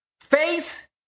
Faith